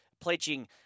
pledging